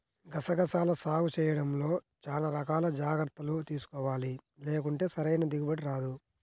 గసగసాల సాగు చేయడంలో చానా రకాల జాగర్తలు తీసుకోవాలి, లేకుంటే సరైన దిగుబడి రాదు